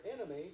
enemy